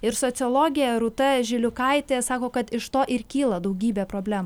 ir sociologė rūta žiliukaitė sako kad iš to ir kyla daugybė problemų